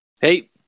Hey